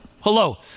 Hello